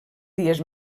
dies